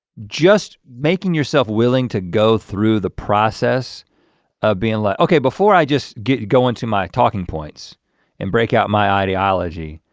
just making yourself willing to go through the process of being like, okay, before i just go into my talking points and break out my ideology,